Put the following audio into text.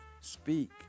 speak